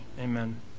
Amen